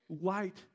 light